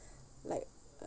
like uh